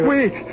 Wait